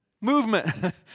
movement